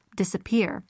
disappear